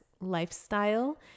lifestyle